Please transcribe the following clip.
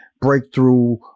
breakthrough